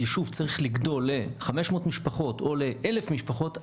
ישוב צריך לגדול ל-500 משפחות או ל-1,000 משפחות,